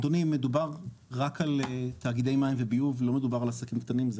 אדוני מדובר רק על תאגידי מים וביוב לא מדובר על עסקים קטנים ובינוניים,